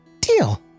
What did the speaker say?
Deal